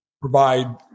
provide